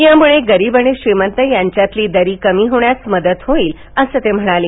या मुळे गरीब आणि श्रीमंत यांच्या मधील दरी कमी करण्यास मदत होईल असं ते म्हणाले